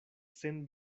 sen